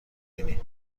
بینی